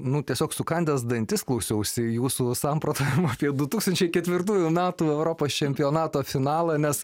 nu tiesiog sukandęs dantis klausiausi jūsų samprotavimų apie du tūkstančiai ketvirtųjų metų europos čempionato finalą nes